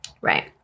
Right